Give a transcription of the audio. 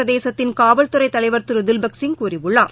பிரதேசத்தின் காவல்துறை தலைவர் திரு தில்பக்சிங் கூறியுள்ளார்